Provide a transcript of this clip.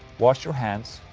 wash your hands,